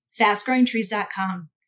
fastgrowingtrees.com